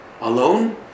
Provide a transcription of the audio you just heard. alone